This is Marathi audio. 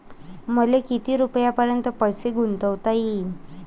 मले किती रुपयापर्यंत पैसा गुंतवता येईन?